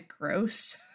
gross